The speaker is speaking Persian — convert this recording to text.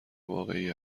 واقعی